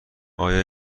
آیا